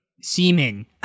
Semen